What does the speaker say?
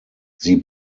sie